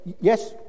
yes